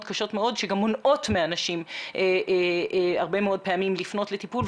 קשות מאוד שגם מונעות מאנשים הרבה מאוד פעמים לפנות לטיפול.